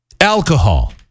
Alcohol